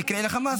תקראי לחמאס.